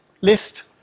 list